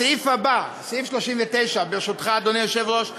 הסעיף הבא, סעיף 39, ברשותך, אדוני היושב-ראש,